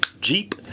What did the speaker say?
Jeep